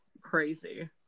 crazy